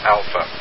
Alpha